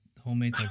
homemade